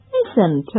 Listen